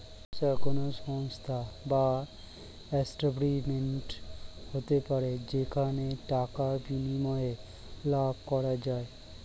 ব্যবসা কোন সংস্থা বা এস্টাব্লিশমেন্ট হতে পারে যেখানে টাকার বিনিময়ে লাভ করা যায়